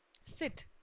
Sit